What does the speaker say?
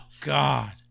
God